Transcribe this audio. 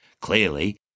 Clearly